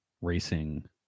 racing